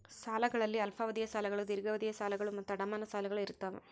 ಸಾಲಗಳಲ್ಲಿ ಅಲ್ಪಾವಧಿಯ ಸಾಲಗಳು ದೀರ್ಘಾವಧಿಯ ಸಾಲಗಳು ಮತ್ತು ಅಡಮಾನ ಸಾಲಗಳು ಇರ್ತಾವ